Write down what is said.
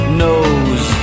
knows